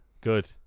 Good